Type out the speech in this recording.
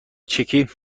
چکی